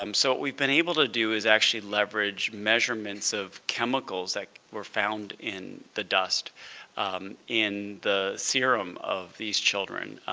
um so what we've been able to do is actually leverage measurements of chemicals that were found in the dust in the serum of the these children,